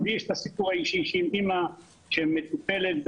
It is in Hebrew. גם לי יש את הסיפור האישי שעם אימא שהיא מטופלת,